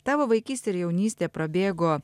tavo vaikystė ir jaunystė prabėgo